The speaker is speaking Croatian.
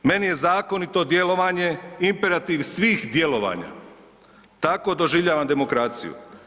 Meni je zakonito djelovanje imperativ svih djelovanja, tako doživljavam demokraciju.